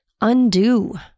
undo